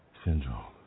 syndrome